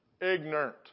Ignorant